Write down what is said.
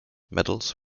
medals